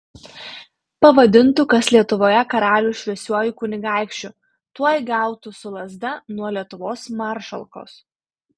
pavadintų kas lietuvoje karalių šviesiuoju kunigaikščiu tuoj gautų su lazda nuo lietuvos maršalkos